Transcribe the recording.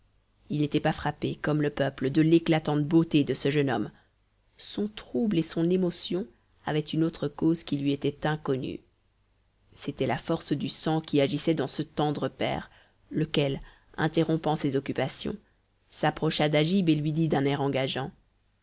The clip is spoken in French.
il n'était pas frappé comme le peuple de l'éclatante beauté de ce jeune garçon son trouble et son émotion avaient une autre cause qui lui était inconnue c'était la force du sang qui agissait dans ce tendre père lequel interrompant ses occupations s'approcha d'agib et lui dit d'un air engageant